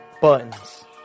Buttons